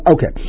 Okay